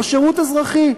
או שירות אזרחי,